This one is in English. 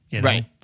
Right